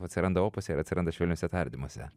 atsiranda opuse ir atsiranda švelniuose tardymuose